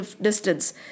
distance